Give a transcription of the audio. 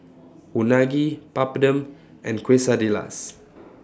Unagi Papadum and Quesadillas